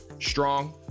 Strong